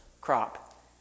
crop